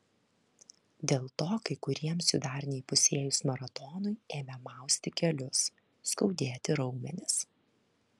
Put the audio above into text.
dėl to kai kuriems jų dar neįpusėjus maratonui ėmė mausti kelius skaudėti raumenis